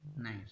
Nice